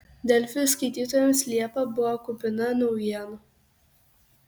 delfi skaitytojams liepa buvo kupina naujienų